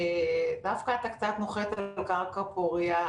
דווקא אתה קצת נוחת על קרקע פורייה.